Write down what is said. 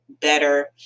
better